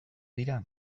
dira